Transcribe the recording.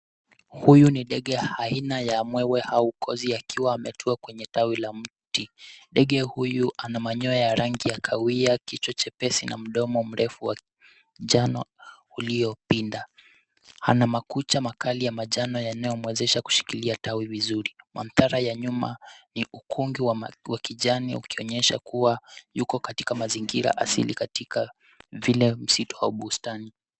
Huyu ni ndege aina ya mwewe au kozi akiwa ametua kwenye tawi la mti. Ndege huyu ana manyoya ya rangi ya kahawia, kichwa chepesi, na mdomo mrefu wa njano uliyopinda. Ana makucha makali ya majano yanayomwezesha kushikilia tawi vizuri. Mandhari ya nyuma, ni ukungi wa kijani, ukionyesha kuwa, yuko katika mazingira asili katika vile msitu au bustani.